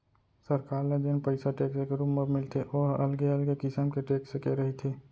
सरकार ल जेन पइसा टेक्स के रुप म मिलथे ओ ह अलगे अलगे किसम के टेक्स के रहिथे